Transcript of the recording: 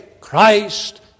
Christ